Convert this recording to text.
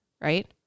right